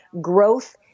growth